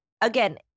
again